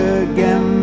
again